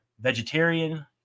vegetarian